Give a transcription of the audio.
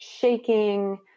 shaking